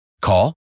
Call